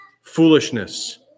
foolishness